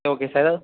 சரி okay sir ஏதாவது